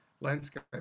landscape